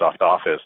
Office